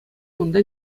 унта